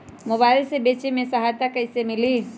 Mobile से बेचे में सहायता कईसे मिली?